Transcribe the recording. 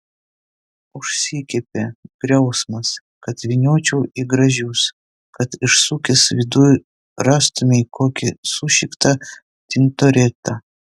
užsikepė griausmas kad vyniočiau į gražius kad išsukęs viduj rastumei kokį sušiktą tintoretą